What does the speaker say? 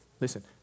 Listen